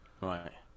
Right